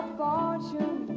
fortune